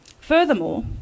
Furthermore